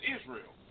Israel